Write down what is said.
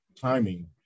timing